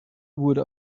wurde